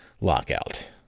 lockout